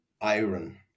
iron